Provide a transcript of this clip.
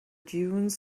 dunes